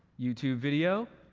youtube video?